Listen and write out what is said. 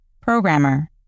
programmer